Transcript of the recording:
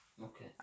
Okay